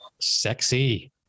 Sexy